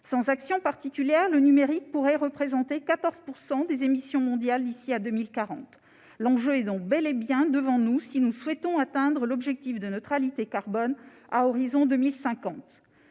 Sans action particulière, il pourrait représenter 14 % des émissions mondiales d'ici à 2040. L'enjeu est donc bel et bien devant nous si nous souhaitons atteindre l'objectif de neutralité carbone à l'horizon 2050.